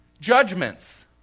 Judgments